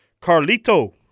Carlito